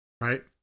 Right